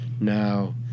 now